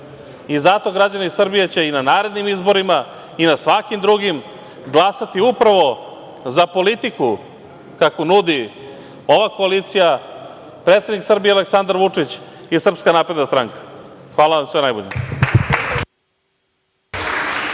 Zato će građani Srbije i na narednim izborima i na svakim drugim glasati upravo za politiku kakvu nudi ova koalicija, predsednik Srbije Aleksandar Vučić i SNS. Hvala vam. Sve najbolje.